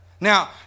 Now